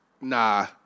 Nah